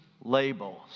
labels